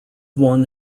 won